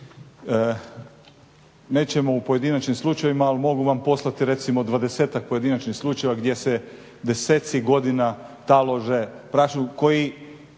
Nećemo o pojedinačnim slučajevima ali mogu vam poslati recimo 20-ak pojedinačnih slučajeva gdje se deseci godina talože, koji